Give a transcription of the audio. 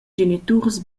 geniturs